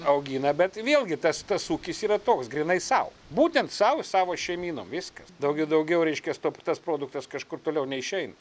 augina bet vėlgi tas tas ūkis yra toks grynai sau būtent sau savo šeimynom viskas daug daugiau reiškias tuo tas produktas kažkur toliau neišein